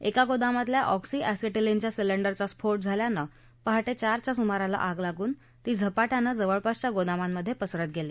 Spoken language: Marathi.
एका गोदामातल्या ऑक्सि अॅसिटीलीनच्या सिलेंडरचा स्फोट झाल्यानं पहाटे चारच्या सुमाराला आग लागून ती झपाट्यानं जवळपासच्या गोदामांमध्ये पसरत गेली